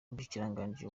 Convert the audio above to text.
umushikiranganji